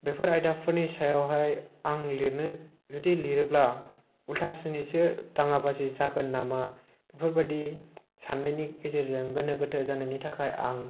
बेफोर आयदाफोरनि सायावहाय आं लिरनो जुदि लिरोब्ला उल्थासो दाङा बाजि जागोन नामा बेफोरबायदि साननायनि गेजेरजों गोनो गोथो जानायनि थाखाय आं